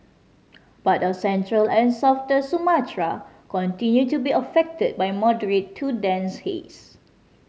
part of central and southern Sumatra continue to be affected by moderate to dense haze